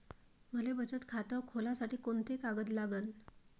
मले बचत खातं खोलासाठी कोंते कागद लागन?